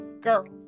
girl